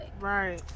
Right